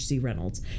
reynolds